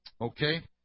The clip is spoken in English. Okay